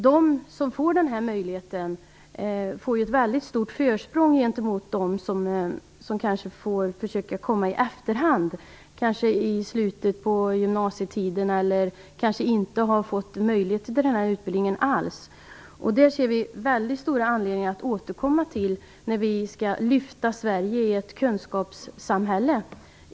De som får denna möjlighet får ett mycket stort försprång gentemot dem som får komma i efterhand, kanske i slutet av gymnasietiden, och dem som över huvud taget inte har fått möjlighet till denna utbildning. Detta ser vi mycket stor anledning att återkomma till när vi skall ge Sverige ett kunskapslyft.